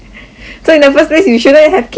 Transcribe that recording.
so in the first place you shouldn't have kids [what]